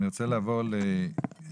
אני רוצה לעבור לאשי